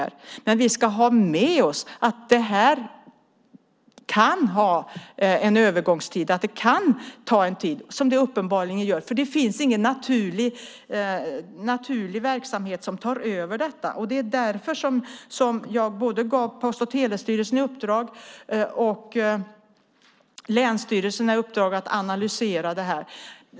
Vi ska ha med oss att det kan ha en övergångstid. Det kan ta en tid, som det uppenbarligen gör, eftersom det inte finns någon naturlig verksamhet som tar över. Jag gav både Post och telestyrelsen och länsstyrelserna i uppdrag att analysera detta.